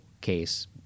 case